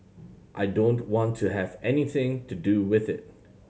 I don't want to have anything to do with it